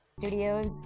Studios